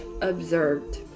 observed